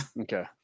Okay